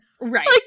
right